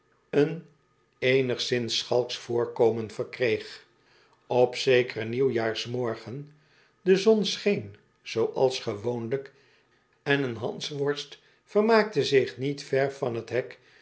een eenigszins schalksch voorkomen verkreeg op zekeren nieuwjaarsmorgen de zon scheen zooals gewoonlijk en een hansworst vermaakte zich niet ver van t hek